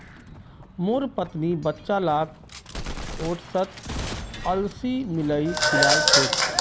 मोर पत्नी बच्चा लाक ओट्सत अलसी मिलइ खिला छेक